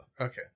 Okay